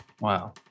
wow